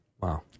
Wow